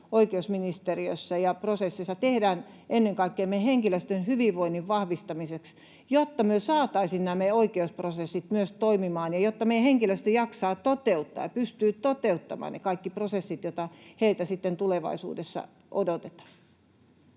oikeusministeriössä ja ‑prosessissa tehdään ennen kaikkea meidän henkilöstön hyvinvoinnin vahvistamiseksi, jotta me saataisiin nämä meidän oikeusprosessit myös toimimaan ja jotta meidän henkilöstö jaksaa toteuttaa ja pystyy toteuttamaan ne kaikki prosessit, joita heiltä sitten tulevaisuudessa odotetaan?